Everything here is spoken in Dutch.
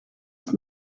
het